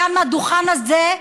כאן מהדוכן הזה,